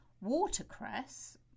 Watercress